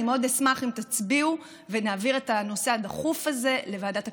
אני מאוד אשמח אם תצביעו ונעביר את הנושא הדחוף הזה לוועדת הכספים.